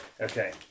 Okay